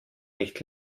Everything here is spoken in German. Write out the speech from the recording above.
nicht